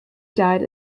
died